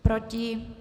Proti?